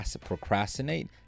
procrastinate